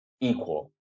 equal